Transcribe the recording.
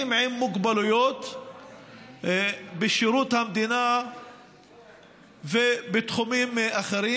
עם מוגבלויות בשירות המדינה ובתחומים אחרים.